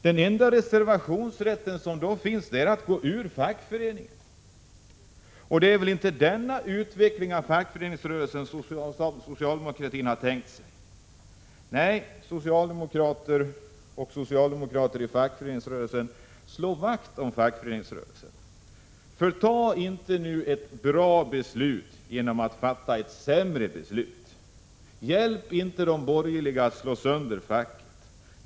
Den 25 enda reservationsrätten är att gå ur fackföreningen, och det är väl inte denna utveckling av fackföreningsrörelsen som socialdemokraterna har tänkt sig. Nej, socialdemokrater i riksdagen och socialdemokrater i fackföreningsrörelsen: Slå vakt om fackföreningsrörelsen! Förta inte effekten av ett bra beslut genom att här fatta ett sämre beslut! Hjälp inte de borgerliga att slå sönder facket!